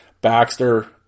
Baxter